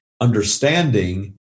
understanding